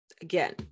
Again